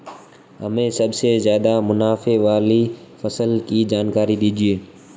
हमें सबसे ज़्यादा मुनाफे वाली फसल की जानकारी दीजिए